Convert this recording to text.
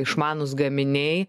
išmanūs gaminiai